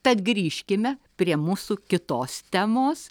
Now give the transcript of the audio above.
tad grįžkime prie mūsų kitos temos